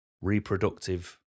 reproductive